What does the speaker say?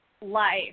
life